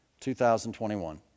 2021